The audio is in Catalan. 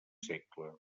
segle